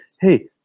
hey